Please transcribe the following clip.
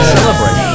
celebrate